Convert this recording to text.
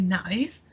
nice